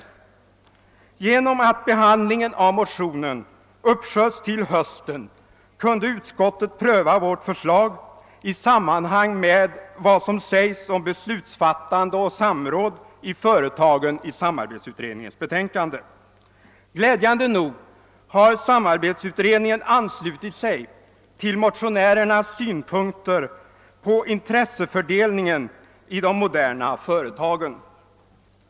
Genom att behandlingen av motionen uppsköts till hösten kunde utskottet pröva vårt förslag i sammanhang med vad som sägs i samarbetsutredningens betänkande om «beslutsfattande och samråd i företagen. Glädjande nog har samarbetsutredningen anslutit sig till motionärernas synpunkter på intressefördelningen i de moderna företagen.